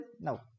No